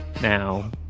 now